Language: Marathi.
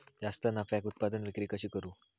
जास्त नफ्याक उत्पादन विक्री कशी करू?